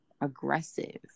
aggressive